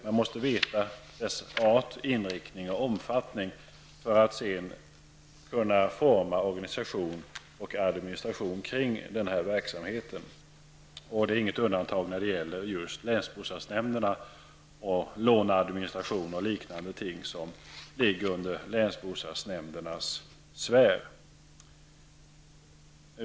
Man måste känna till dess art, inriktning och omfattning för att kunna forma en organisation och administration kring verksamheten. Länsbostadsnämnderna -- med t.ex. sin låneadministration -- utgör inget undantag.